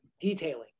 detailing